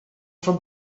from